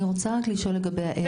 אני רוצה לשאול לגבי האיירסופט.